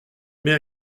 mais